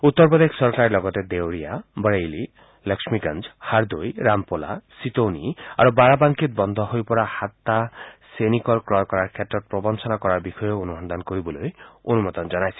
উত্তৰ প্ৰদেশ চৰকাৰে লগতে দেউৰীয়া বেৰেলী লক্ষ্মীগঞ্জ হাৰদৈ ৰামপ'লা ছিটোনি আৰু বাৰাবাংকী বন্ধ হৈ পৰা এই সাতটা চেনিকলক ক্ৰয় কৰাৰ ক্ষেত্ৰত প্ৰবঞ্চনা কৰাৰ বিষয়েও অনুসন্ধান কৰিবলৈ অনুমোদন জনাইছিল